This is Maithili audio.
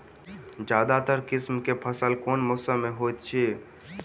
ज्यादातर किसिम केँ फसल केँ मौसम मे होइत अछि?